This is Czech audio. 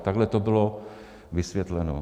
Takhle to bylo vysvětleno.